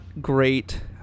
great